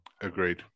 agreed